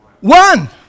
one